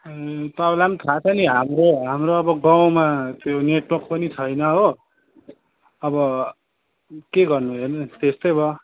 तपाईँलाई पनि थाहा छ नि हाम्रो हाम्रो अब गाउँमा त्यो नेटवर्क पनि छैन हो अब के गर्नु हेर्नु नि त्यस्तै भयो